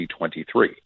2023